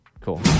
Cool